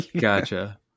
Gotcha